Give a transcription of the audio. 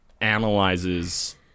analyzes